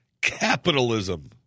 Capitalism